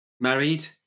Married